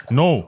no